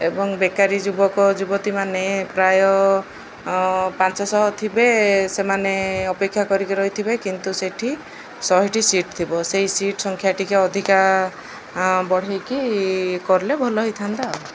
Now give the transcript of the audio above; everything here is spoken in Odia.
ଏବଂ ବେକାରୀ ଯୁବକ ଯୁବତୀମାନେ ପ୍ରାୟ ପାଞ୍ଚଶହ ଥିବେ ସେମାନେ ଅପେକ୍ଷା କରିକି ରହିଥିବେ କିନ୍ତୁ ସେଠି ଶହେଟି ସିଟ୍ ଥିବ ସେଇ ସିଟ୍ ସଂଖ୍ୟା ଟିକେ ଅଧିକା ବଢ଼େଇକି କରିଲେ ଭଲ ହେଇଥାନ୍ତା ଆଉ